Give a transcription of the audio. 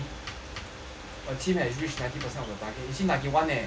a team has reached ninety percent of the target you see ninety one leh